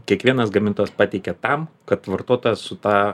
kiekvienas gamintojas pateikia tam kad vartotojas su ta